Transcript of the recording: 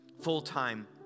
full-time